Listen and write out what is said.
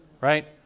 Right